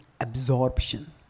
Absorption